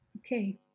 Okay